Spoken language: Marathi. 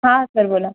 हां सर बोला